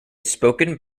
spoken